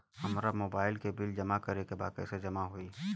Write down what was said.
हमार मोबाइल के बिल जमा करे बा कैसे जमा होई?